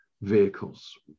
vehicles